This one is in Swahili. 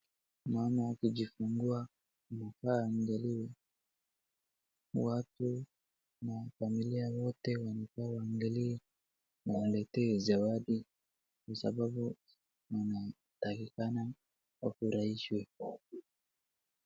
Mama akijifungua anafaa aangaliwe, watu na familia wote wanafaa waangalie wamletee zawadi kwa sababu anatakikana afurahishwe.